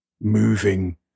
moving